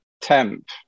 temp